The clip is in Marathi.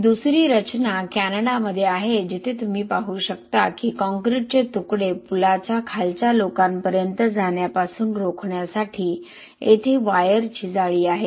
ही दुसरी रचना कॅनडामध्ये आहे जिथे तुम्ही पाहू शकता की काँक्रीटचे तुकडे पुलाच्या खालच्या लोकांपर्यंत जाण्यापासून रोखण्यासाठी येथे वायरची जाळी आहे